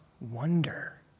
wonder